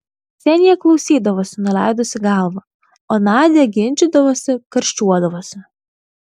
ksenija klausydavosi nuleidusi galvą o nadia ginčydavosi karščiuodavosi